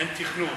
אין תכנון.